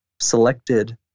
selected